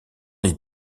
les